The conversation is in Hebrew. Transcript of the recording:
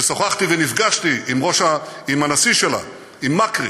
ששוחחתי ונפגשתי עם הנשיא שלה, עם מאקרי,